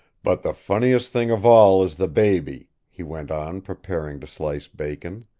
but the funniest thing of all is the baby, he went on, preparing to slice bacon.